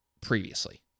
previously